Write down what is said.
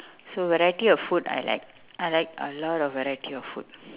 so variety of food I like I like a lot of variety of food